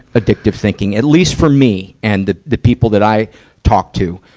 addictive thinking. at least for me, and the, the people that i talk to.